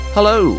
Hello